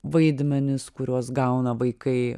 vaidmenis kuriuos gauna vaikai